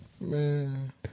Man